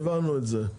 הבנו את זה.